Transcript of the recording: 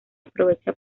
aprovecha